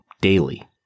daily